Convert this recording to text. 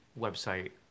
website